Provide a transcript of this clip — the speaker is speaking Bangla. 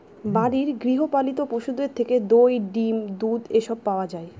বাড়ির গৃহ পালিত পশুদের থেকে দই, ডিম, দুধ এসব পাওয়া যায়